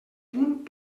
punt